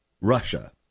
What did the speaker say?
Russia